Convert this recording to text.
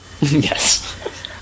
Yes